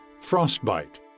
frostbite